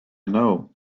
know